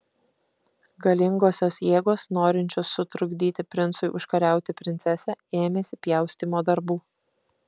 galingosios jėgos norinčios sutrukdyti princui užkariauti princesę ėmėsi pjaustymo darbų